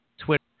Twitter